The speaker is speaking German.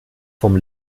vom